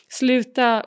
sluta